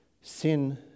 sin